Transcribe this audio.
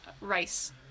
rice